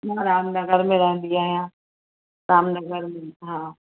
मां राम नगर में रहंदी आहियां राम नगर हा